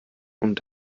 und